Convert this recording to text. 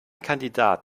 kandidat